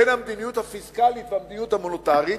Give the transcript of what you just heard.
בין המדיניות הפיסקלית למדיניות המוניטרית,